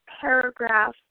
paragraph